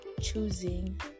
choosing